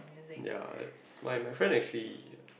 ya that's my my friends actually